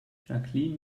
jacqueline